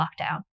lockdown